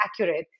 accurate